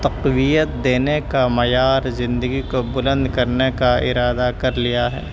تقویت دینے کا معیار زندگی کو بلند کرنے کا ارادہ کر لیا ہے